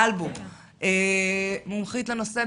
מומחית לנושא.